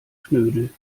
knödel